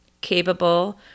capable